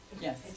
Yes